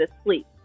asleep